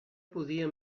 podia